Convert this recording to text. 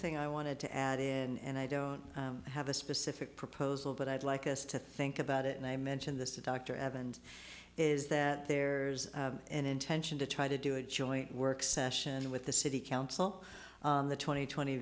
thing i wanted to add in and i don't have a specific proposal but i'd like us to think about it and i mentioned this to dr evans is that there's an intention to try to do a joint work session with the city council on the twenty twenty